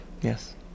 Yes